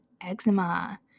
eczema